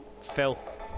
Filth